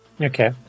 Okay